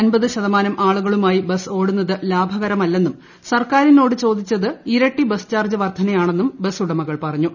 അമ്പത് ശതമാനം ആളുകളു മായി ബസ്സ് ഓടുന്നത് ലാഭകരമല്ലെന്നും സർക്കാരിനോട് ചോദിച്ചത് ഇരട്ടി ബസ് ചാർജ് വർദ്ധനയാണെന്നും ബസ്സുടമകൾ പറഞ്ഞു